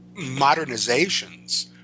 modernizations